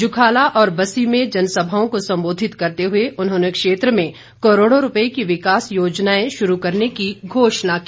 जुखाला और बस्सी में जनसभाओं को संबोधित करते हुए उन्होंने क्षेत्र में करोड़ों रूपए की विकास योजनाएं शुरू करने की घोषणा की